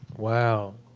wow.